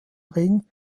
ring